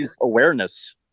awareness